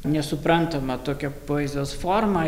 nesuprantama tokia poezijos forma